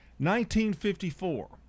1954